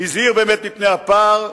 הזהיר באמת מפני הפער,